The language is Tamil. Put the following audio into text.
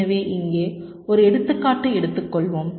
எனவே இங்கே ஒரு எடுத்துக்காட்டு எடுத்துக்கொள்வோம்